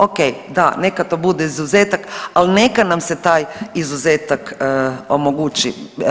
O.k. da, neka to bude izuzetak, ali neka nam se taj izuzetak omogući.